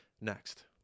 next